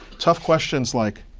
tough questions like,